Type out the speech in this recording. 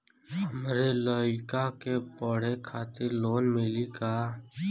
हमरे लयिका के पढ़े खातिर लोन मिलि का?